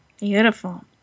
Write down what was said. Beautiful